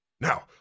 Now